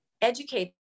educate